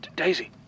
Daisy